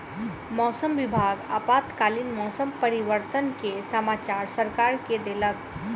मौसम विभाग आपातकालीन मौसम परिवर्तन के समाचार सरकार के देलक